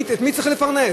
את מי צריך לפרנס?